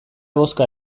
bozka